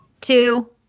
two